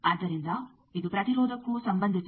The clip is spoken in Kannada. ಆದ್ದರಿಂದ ಇದು ಪ್ರತಿರೋಧಕ್ಕೂ ಸಂಬಂಧಿಸಿದೆ